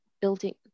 building